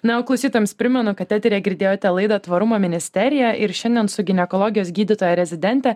na o klausytojams primenu kad eteryje girdėjote laidą tvarumo ministerija ir šiandien su ginekologijos gydytoja rezidentė